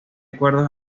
acuerdo